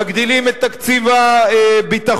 מגדילים את תקציב הביטחון.